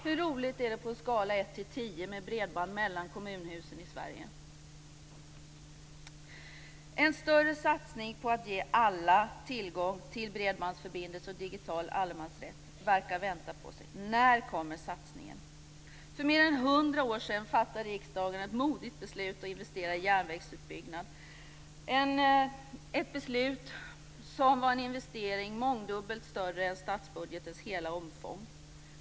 Hur roligt är det på en skala från ett till tio med bredband mellan kommunhusen i Sverige? En större satsning på att ge alla tillgång till bredbandsförbindelse och digital allemansrätt verkar låta vänta på sig. När kommer satsningen? För mer än hundra år sedan fattade riksdagen ett modigt beslut om att investera i järnvägsutbyggnad. Det var ett beslut som innebar en investering mångdubbelt större än statsbudgetens hela omfång.